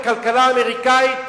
הכלכלה האמריקנית,